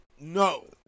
No